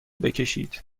بکشید